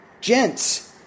Gents